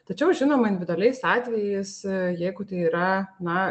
tačiau žinoma individualiais atvejais jeigu tai yra na